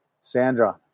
sandra